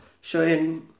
showing